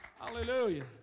Hallelujah